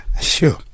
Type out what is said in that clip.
sure